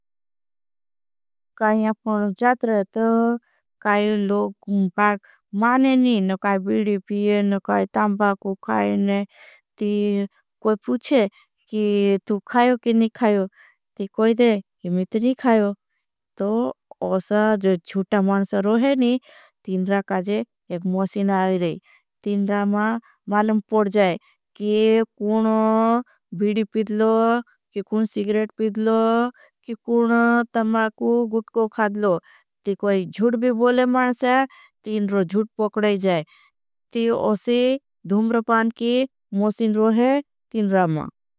काई आपने जातरे तो काई लोग माने नहीं नो काई बीड़ी। पीए नो काई तंबा को खाये नहीं। ती कोई पूछे की तू खायो। की नहीं खायो ती कोई दे कि मैं ती नहीं खायो तो ऐसा जो। छुटा मानसा रोहे नी तीनरा काजे एक मॉसीन आयी रही। तीनरा मां मालम पड़ जाए कि कुन बीड़ी। पीडलो कि कुन सिगरेट पीडलो कि कुन तंबा को गुटको। खादलो ती कोई जुड़ भी बोले मानसा तीनरा जुड़ पकड़े जाए।